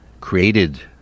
created